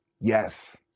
Yes